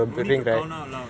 no need to count out loud